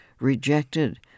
rejected